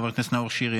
חבר הכנסת נאור שירי,